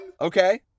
Okay